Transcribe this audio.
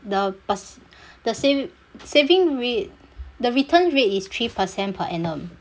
the perc~ the sav~ saving rate the return rate is three percent per annum